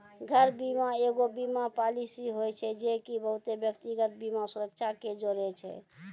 घर बीमा एगो बीमा पालिसी होय छै जे की बहुते व्यक्तिगत बीमा सुरक्षा के जोड़े छै